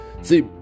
See